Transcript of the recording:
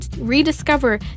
rediscover